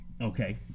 Okay